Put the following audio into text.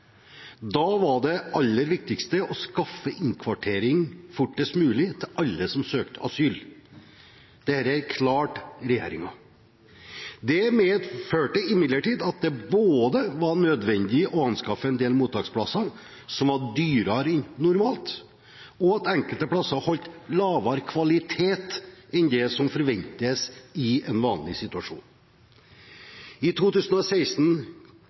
Da var det aller viktigste å skaffe innkvartering fortest mulig til alle som søkte om asyl. Dette klarte regjeringen. Det medførte imidlertid at det både var nødvendig å anskaffe en del mottaksplasser som var dyrere enn normalt, og at enkelte plasser holdt lavere kvalitet enn det som forventes i en vanlig situasjon. I 2016